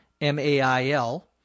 M-A-I-L